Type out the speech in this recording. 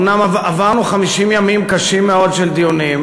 אומנם עברנו 50 ימים קשים מאוד של דיונים,